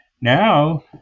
Now